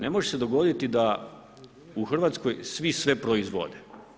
Ne može se dogoditi da u Hrvatskoj svi sve proizvode.